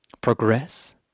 progress